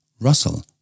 Russell